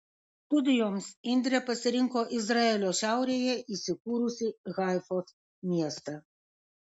studijoms indrė pasirinko izraelio šiaurėje įsikūrusį haifos miestą